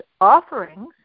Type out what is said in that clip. offerings